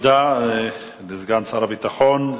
תודה לסגן שר הביטחון.